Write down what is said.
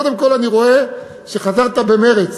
קודם כול אני רואה שחזרת במרץ,